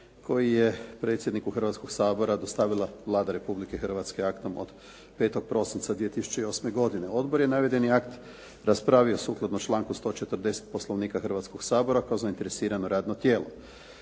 koji je predsjedniku Hrvatskoga sabora dostavila Vlada Republike Hrvatske aktom od 5. prosinca 2008. godine. Odbor je navedeni akt raspravio sukladno članku 140. Poslovnika Hrvatskoga sabora kao zainteresirano radno tijelo.